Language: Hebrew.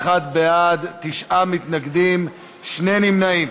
31 בעד, תשעה מתנגדים, שני נמנעים.